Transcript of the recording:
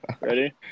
Ready